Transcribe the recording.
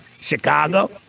Chicago